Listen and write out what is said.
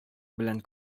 белән